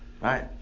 Right